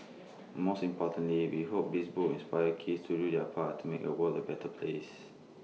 most importantly we hope this book inspire kids to do their part to make A world the better place